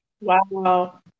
Wow